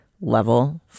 level